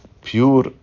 pure